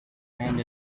and